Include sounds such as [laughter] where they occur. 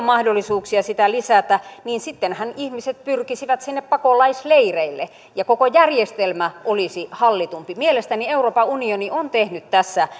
[unintelligible] mahdollisuuksia sitä lisätä niin sittenhän ihmiset pyrkisivät sinne pakolaisleireille ja koko järjestelmä olisi hallitumpi mielestäni euroopan unioni on tehnyt tässä [unintelligible]